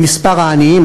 במספר העניים,